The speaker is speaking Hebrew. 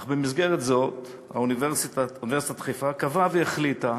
אך במסגרת זאת, אוניברסיטת חיפה קבעה והחליטה